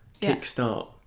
kickstart